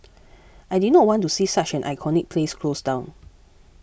I did not want to see such an iconic place close down